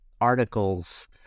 articles